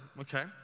okay